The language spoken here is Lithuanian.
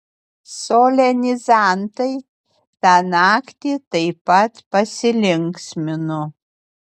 solenizantai tą naktį taip pat pasilinksmino